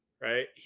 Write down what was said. Right